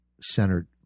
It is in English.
centered